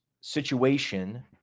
situation